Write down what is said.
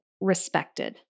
respected